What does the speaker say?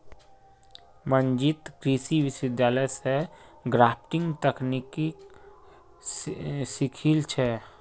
मंजीत कृषि विश्वविद्यालय स ग्राफ्टिंग तकनीकक सीखिल छ